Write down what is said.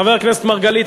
חבר הכנסת מרגלית,